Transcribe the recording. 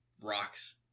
rocks